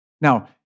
Now